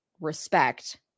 respect